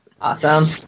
Awesome